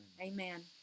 Amen